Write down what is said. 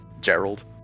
gerald